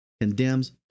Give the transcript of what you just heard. condemns